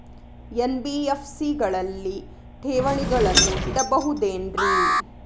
NBFC ಗಳಲ್ಲಿ ಠೇವಣಿಗಳನ್ನು ಇಡಬಹುದೇನ್ರಿ?